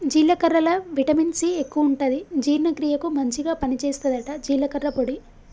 జీలకర్రల vitamin C ఎక్కువుంటది జీర్ణ క్రియకు మంచిగ పని చేస్తదట జీలకర్ర పొడి